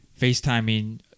FaceTiming